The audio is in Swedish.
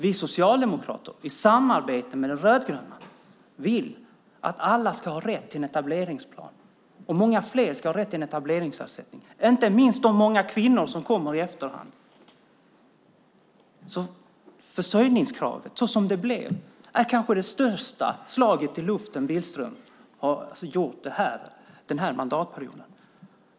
Vi socialdemokrater samarbetar med De rödgröna och vill att alla ska ha rätt till en etableringsplan, och många fler ska ha rätt till en etableringsersättning, inte minst de många kvinnor som kommer efteråt. Försörjningskravet, såsom det blev, är kanske det största slaget i luften Billström har gjort den här mandatperioden.